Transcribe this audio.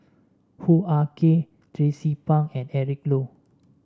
Hoo Ah Kay Tracie Pang and Eric Low